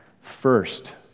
first